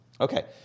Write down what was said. Okay